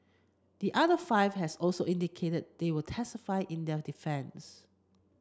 the other five has also indicated they will testify in their defence